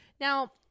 Now